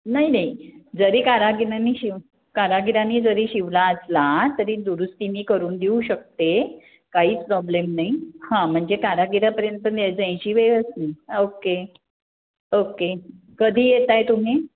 नाही नाही जरी कारागिरांनी शिव कारागिरांनी जरी शिवला असला तरी दुरुस्ती मी करून देऊ शकते काहीच प्रॉब्लेम नाही हां म्हणजे कारागिरापर्यंत ने न्यायची वेळच ओक्के ओके कधी येत आहे तुम्ही